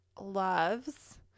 loves